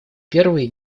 первый